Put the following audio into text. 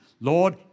Lord